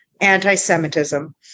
anti-Semitism